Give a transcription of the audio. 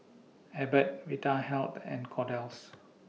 Abbott Vitahealth and Kordel's